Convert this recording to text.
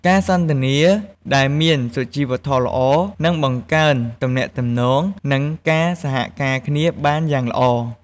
ការសន្ទនាដែលមានសុជីវធម៌ល្អ នឹងបង្កើនទំនាក់ទំនង និងការសហការគ្នាបានយ៉ាងល្អ។